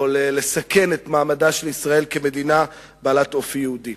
או לסכן את מעמדה של מדינת ישראל כמדינה בעלת אופי יהודי.